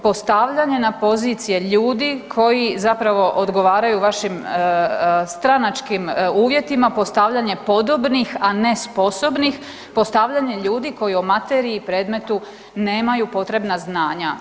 Postavljenje na pozicije ljudi koji zapravo odgovaraju vašim stranačkim uvjetima, postavljanje podobnih, a ne sposobnih, postavljanje ljudi koji o materiji i predmetu nemaju potrebna znanja.